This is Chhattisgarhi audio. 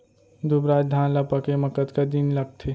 दुबराज धान ला पके मा कतका दिन लगथे?